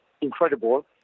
incredible